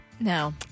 No